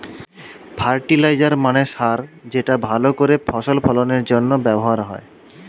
fertiliser মানে সার যেটা ভালো করে ফসল ফলনের জন্য ব্যবহার হয়